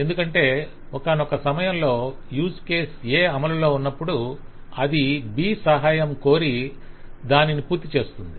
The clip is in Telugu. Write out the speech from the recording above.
ఎందుకంటే ఒకానొక సమయంలో యూజ్ కేస్ A అమలులో ఉన్నప్పుడు అది B సహాయం కోరి దానిని పూర్తి చేస్తుంది